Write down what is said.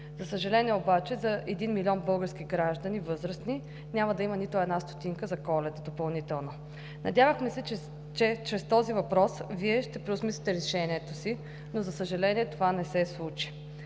За съжаление обаче, за един милион български граждани – възрастни, няма да има нито една стотинка за Коледа допълнително. Надявахме се, че чрез този въпрос Вие ще преосмислите решението си, но, за съжаление, това не се случи.